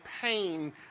pain